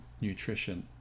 nutrition